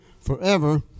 forever